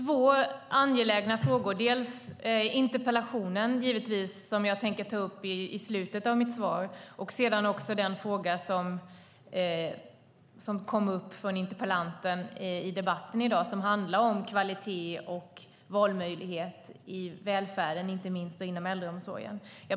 Herr talman! Det är angelägna frågor, både interpellationen och den fråga som kom upp i debatten och som handlar om kvalitet och valmöjlighet i välfärden, inte minst inom äldreomsorgen.